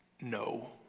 No